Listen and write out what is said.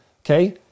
Okay